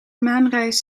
maanreis